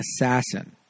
assassin